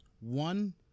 one